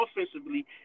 offensively